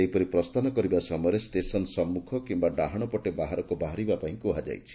ସେହିପରି ପ୍ରସ୍ଥାନ କରିବା ସମୟରେ ଷେସନ ସମ୍ମୁଖ କିମ୍ୟା ଡାହାଶପଟେ ବାହାରକୁ ବାହାରିବା ପାଇଁ କୁହାଯାଇଛି